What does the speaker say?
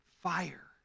Fire